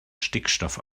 stickstoff